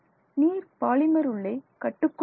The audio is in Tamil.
நீர் பாலிமர் உள்ளே கட்டுக்குள் இருக்கும்